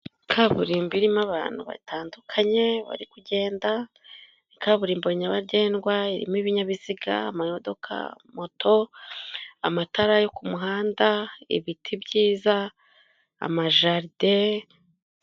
Kaburimbo irimo abantu batandukanye bari kugenda, kaburimbo nyabagendwa irimo ibinyabiziga, amamodoka, moto, amatara yo ku muhanda, ibiti byiza, amajaride.